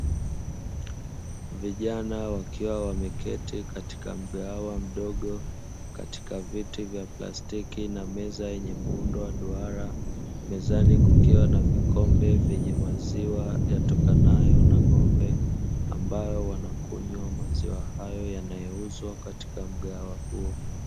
Vijana wakiwa wameketi katika mgahawa mdogo katika viti vya plastiki na meza yenye muundo wa duara, mezani kukiwa na vikombe vyenye maziwa yatokanayo na ng'ombe ambayo wanakunywa maziwa hayo yanayouzwa katika mgahawa huo.